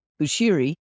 Bushiri